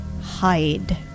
hide